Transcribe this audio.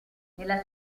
nella